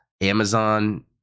Amazon